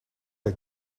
het